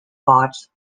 bots